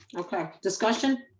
okay, discussion.